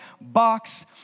box